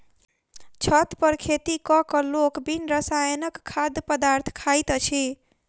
छत पर खेती क क लोक बिन रसायनक खाद्य पदार्थ खाइत अछि